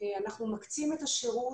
מקצים את התקנים